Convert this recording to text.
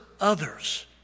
others